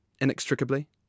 inextricably